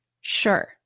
sure